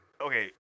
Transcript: Okay